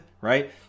right